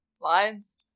Lions